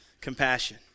compassion